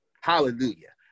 hallelujah